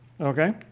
okay